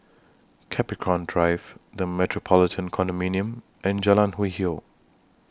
Capricorn Drive The Metropolitan Condominium and Jalan Hwi Yoh